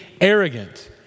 arrogant